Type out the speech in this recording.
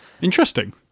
Interesting